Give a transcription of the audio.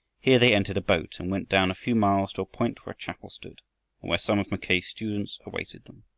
here they entered a boat and went down a few miles to a point where a chapel stood, and where some of mackay's students awaited them.